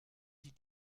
die